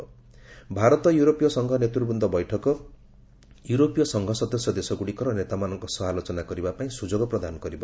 'ଭାରତ ୟୁରୋପୀୟ ସଂଘ ନେତୃବୃନ୍ଦ ବୈଠକ' ୟୁରୋପୀୟ ସଂଘ ସଦସ୍ୟ ଦେଶଗୁଡ଼ିକର ନେତାମାନଙ୍କ ସହ ଆଲୋଚନା କରିବା ପାଇଁ ସୁଯୋଗ ପ୍ରଦାନ କରିବ